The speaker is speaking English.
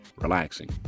relaxing